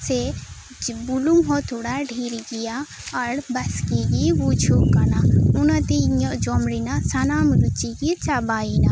ᱥᱮ ᱵᱩᱞᱩᱝ ᱦᱚᱸ ᱛᱷᱚᱲᱟ ᱰᱷᱮᱨ ᱜᱮᱭᱟ ᱟᱨ ᱵᱟᱥᱠᱮ ᱜᱮ ᱵᱩᱡᱷᱟᱹᱜ ᱠᱟᱱᱟ ᱚᱱᱟᱛᱮ ᱤᱧᱟᱹᱜ ᱡᱚᱢ ᱨᱮᱱᱟᱜ ᱥᱟᱱᱟᱢ ᱨᱩᱪᱤ ᱜᱮ ᱪᱟᱵᱟᱭᱮᱱᱟ